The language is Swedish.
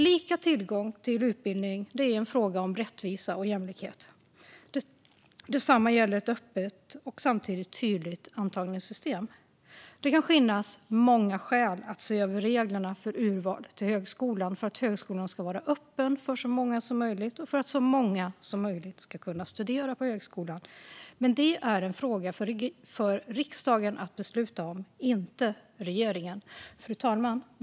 Lika tillgång till utbildning är en fråga om rättvisa och jämlikhet. Detsamma gäller ett öppet och samtidigt tydligt antagningssystem. Det kan finnas många skäl att se över reglerna för urval till högskolan för att högskolan ska vara öppen för så många som möjligt och för att så många som möjligt ska kunna studera på högskolan, men det är en fråga för riksdagen att besluta om - inte regeringen. Fru talman!